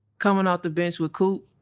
coming off the bench with coop